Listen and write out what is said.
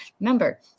Remember